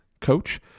coach